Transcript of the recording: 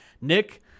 Nick